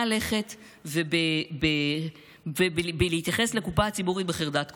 לכת ובהתייחסות לקופה הציבורית בחרדת קודש.